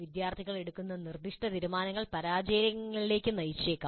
വിദ്യാർത്ഥികൾ എടുക്കുന്ന നിർദ്ദിഷ്ട തീരുമാനങ്ങൾ പരാജയങ്ങളിലേക്ക് നയിച്ചേക്കാം